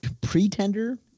pretender